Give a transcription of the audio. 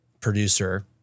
producer